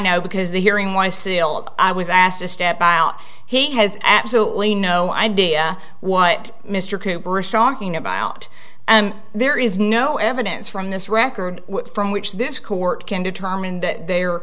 know because the hearing was sealed i was asked to step out he has absolutely no idea what mr cooper is shocking about and there is no evidence from this record from which this court can determine that there